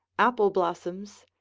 apple blossoms,